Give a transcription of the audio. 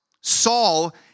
Saul